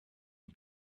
and